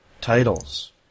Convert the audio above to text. titles